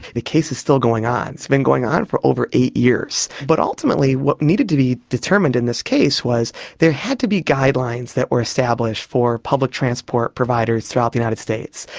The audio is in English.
the case is still going on, it's been going on for over eight years. but ultimately what needed to be determined in this case was there had to be guidelines that were established for public transport providers throughout the united states.